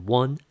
one